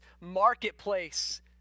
marketplace